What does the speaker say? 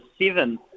seven